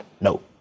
No